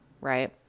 right